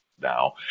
now